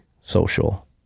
social